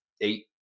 eight